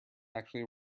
actually